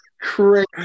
crazy